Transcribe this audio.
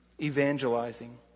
evangelizing